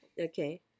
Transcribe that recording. Okay